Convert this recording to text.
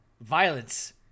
violence